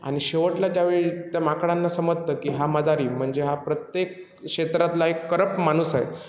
आणि शेवटल्या त्यावेळी त्या माकडांना समजतं की हा मदारी म्हणजे हा प्रत्येक क्षेत्रातला एक करप्ट माणूस आहे